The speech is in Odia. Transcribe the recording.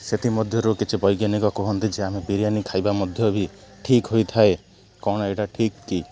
ସେଥିମଧ୍ୟରୁ କିଛି ବୈଜ୍ଞାନିକ କୁହନ୍ତି ଯେ ଆମେ ବିରିୟାନି ଖାଇବା ମଧ୍ୟ ବି ଠିକ୍ ହୋଇଥାଏ କ'ଣ ଏଇଟା ଠିକ୍ କି